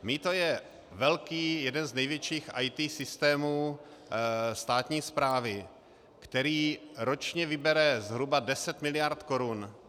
Mýto je velký, jeden z největších IT systému státní správy, který ročně vybere zhruba 10 mld. korun.